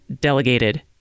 delegated